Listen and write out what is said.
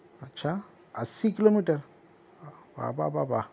اچھا اسی کلو میٹر بابا بابا